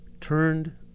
turned